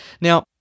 Now